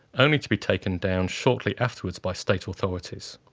only to be taken down shortly afterwards by state authorities.